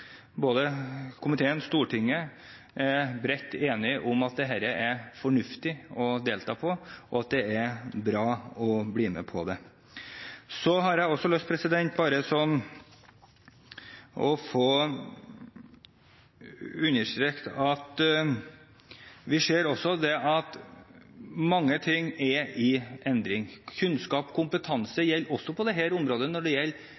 er det fornuftig å delta i – at det er bra å bli med på dette. Jeg har lyst til å understreke at vi også ser at mye er i endring. Kunnskap og kompetanse gjelder også med hensyn til den debatten som foregår i Europa nå, om trygdeordningene. Det